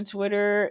Twitter